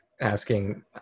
asking